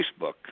Facebook